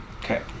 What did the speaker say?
Okay